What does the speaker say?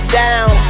down